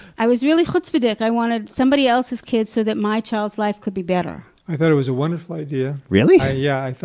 i was really chutzpahdic, i wanted somebody else's kid so that my child's life could be better i thought it was a wonderful idea really! yeah.